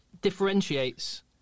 differentiates